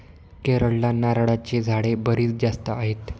केरळला नारळाची झाडे बरीच जास्त आहेत